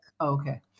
Okay